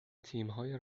تیمهای